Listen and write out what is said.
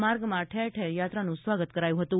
માર્ગમાં ઠેર ઠેર યાત્રાનું સ્વાગત કરાયું હતું